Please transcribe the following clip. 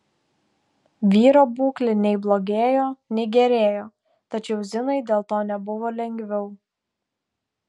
vyro būklė nei blogėjo nei gerėjo tačiau zinai dėl to nebuvo lengviau